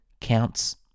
counts